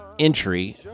entry